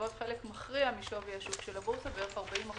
מהוות חלק מכריע משווי השוק של הבורסה כ-40%